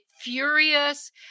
furious